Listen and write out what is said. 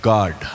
God